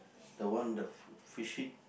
the one the fishing